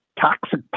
toxic